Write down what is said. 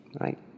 right